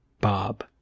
Bob